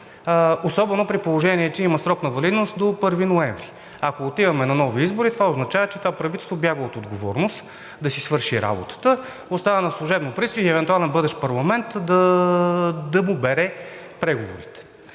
особено при положение че има срок на валидност до 1 ноември. Ако отиваме към нови избори, това означава, че това правителство бяга от отговорност да си свърши работата, оставя на служебно правителство или евентуално на бъдещ парламент да му бере преговорите.